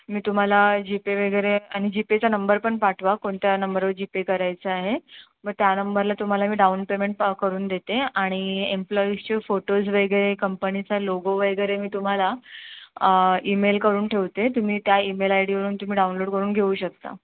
मी तुम्हाला जीपे वगैरे आणि जीपेचा नंबर पण पाठवा कोणत्या नंबरवर जीपे करायचा आहे मग त्या नंबरला तुम्हाला मी डाउन पेमेंट करून देते आणि एम्प्लॉईजचे फोटोज वगैरे कंपनीचा लोगो वगैरे मी तुम्हाला ईमेल करून ठेवते तुम्ही त्या ईमेल आय डीवरून तुम्ही डाउनलोड करून घेऊ शकता